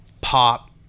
pop